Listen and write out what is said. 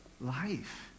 life